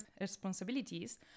responsibilities